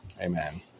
Amen